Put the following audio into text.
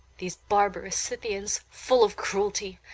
these barbarous scythians, full of cruelty,